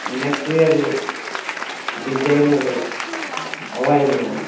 neck wear designer ಇವೆಯೇನು